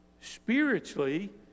spiritually